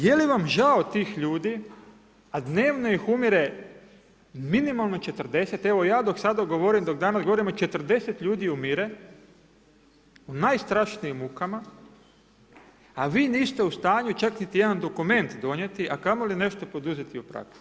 Je li vam žao tih ljudi a dnevno ih umire minimalno 40, evo ja dok sada govorim, dok danas govorimo, 40 ljudi umire u najstrašnijim mukama a vi niste u stanju čak niti jedan dokument donijeti a kamoli nešto poduzeti u praksi.